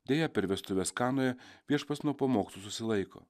deja per vestuves kanoje viešpats nuo pamokslų susilaiko